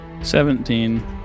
Seventeen